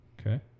okay